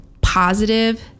positive